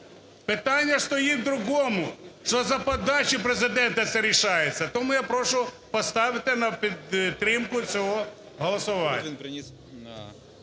Питання стоїть в другому, що за подачі Президента це рішається. Тому я прошу поставте на підтримку цього голосування.